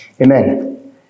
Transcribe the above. Amen